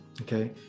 okay